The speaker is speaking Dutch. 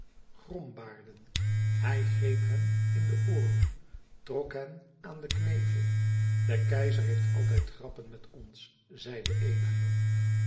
grenadiers grombaarden hij kneep hen in de ooren trok hen aan den knevel de keizer heeft altijd grappen met ons zeide een